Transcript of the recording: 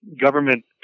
government